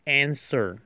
answer